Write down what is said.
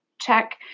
check